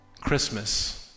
Christmas